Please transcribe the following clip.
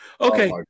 okay